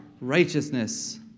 righteousness